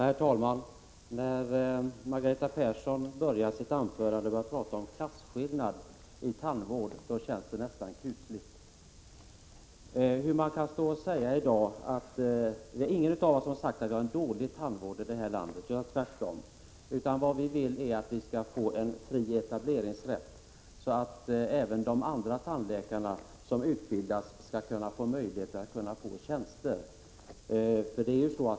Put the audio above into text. Herr talman! När Margareta Persson börjar sitt anförande med att tala om klasskillnader i tandvården känns det nästan kusligt! Ingen av oss har sagt att vi har en dålig tandvård i det här landet. Tvärtom! Det vi vill ha är en fri etableringsrätt, så att alla tandläkare som utbildas skall kunna få tjänster.